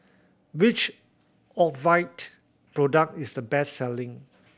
which Ocuvite product is the best selling